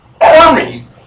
army